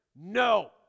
No